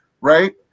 right